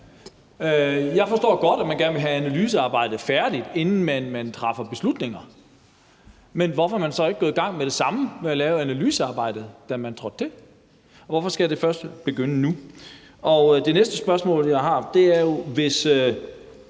Jeg forstår godt, at man gerne vil have analysearbejdet færdigt, inden man træffer beslutninger, men hvorfor er man så ikke gået i gang med at lave analysearbejdet med det samme, da man trådte til? Hvorfor skal det først begynde nu? Det næste spørgsmål, jeg har, er: Hvis